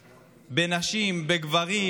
בנשים, בגברים,